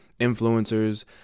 influencers